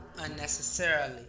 unnecessarily